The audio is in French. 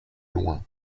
loin